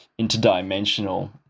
interdimensional